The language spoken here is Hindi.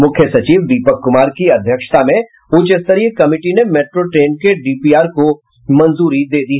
मुख्य सचिव दीपक कुमार की अध्यक्षता में उच्च स्तरीय कमिटी ने मेट्रो ट्रेन के डीपीआर को मंजूरी दे दी